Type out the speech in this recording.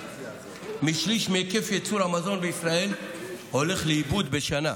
משליש מהיקף ייצור המזון בישראל הולך לאיבוד בשנה.